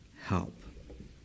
help